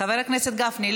חבר הכנסת גפני,